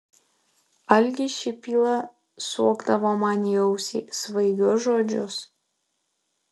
algis šipyla suokdavo man į ausį svaigius žodžius